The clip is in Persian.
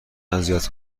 اذیت